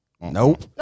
Nope